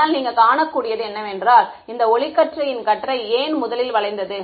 ஆனால் நீங்கள் காணக்கூடியது என்னவென்றால் இந்த ஒளியின் கற்றை ஏன் முதலில் வளைந்தது